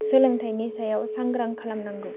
सोलोंथाइनि सायाव सांग्रां खालामनांगौ